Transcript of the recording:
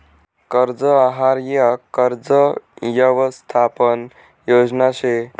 कर्ज आहार यक कर्ज यवसथापन योजना शे